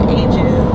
ages